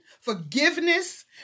forgiveness